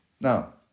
Now